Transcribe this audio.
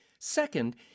Second